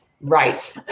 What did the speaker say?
Right